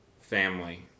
Family